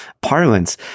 parlance